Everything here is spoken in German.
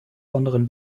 besonderen